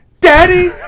Daddy